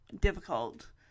difficult